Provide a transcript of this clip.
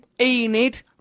Enid